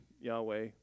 Yahweh